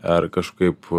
ar kažkaip